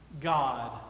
God